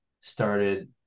started